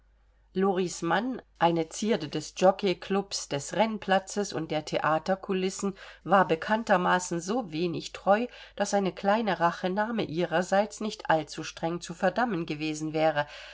loris mann eine zierde des jockeyclubs des rennplatzes und der theatercoulissen war bekanntermaßen so wenig treu daß eine kleine rachenahme ihrerseits nicht allzustreng zu verdammen gewesen wäre